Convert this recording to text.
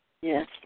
Yes